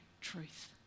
truth